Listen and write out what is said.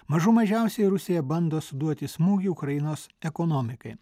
mažų mažiausiai rusija bando suduoti smūgį ukrainos ekonomikai